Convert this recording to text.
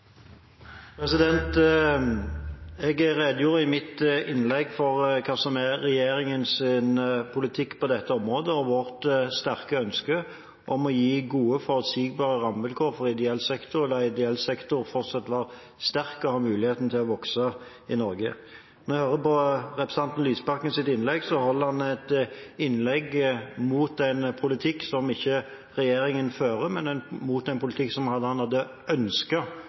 Jeg redegjorde i mitt innlegg for hva som er regjeringens politikk på dette området, og for vårt sterke ønske om å gi gode, forutsigbare rammevilkår for ideell sektor, la ideell sektor fortsatt være sterk og ha muligheten til å vokse i Norge. Representanten Lysbakken holdt et innlegg mot en politikk som regjeringen ikke fører, men mot en politikk som han hadde ønsket at regjeringen førte, for det hadde